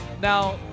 now